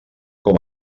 com